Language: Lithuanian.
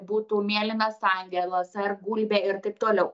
būtų mėlynas angelas ar gulbė ir taip toliau